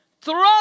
throw